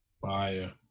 fire